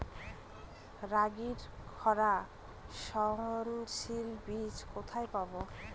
রাগির খরা সহনশীল বীজ কোথায় পাবো?